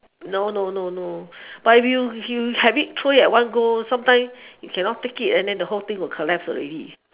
no no no no but if you you have it three at one go something you cannot take it and the whole thing will collapse already